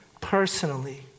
personally